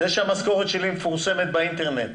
זה שהמשכורת שלי מפורסמת באינטרנט,